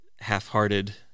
half-hearted